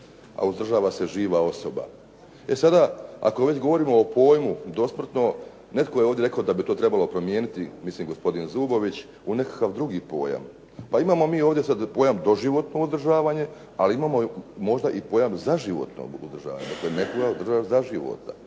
a uzdržava se živa osoba. E sada, ako već govorimo o pojmu dosmrtno, netko je ovdje rekao da bi to trebalo promijeniti, mislim gospodin Zubović u nekakav drugi pojam. Pa imamo mi sada ovdje pojam doživotno uzdržavanje ali imamo možda i pojam zaživotno uzdržavanje, ../Govornik se ne razumije./… zaživota.